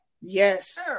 Yes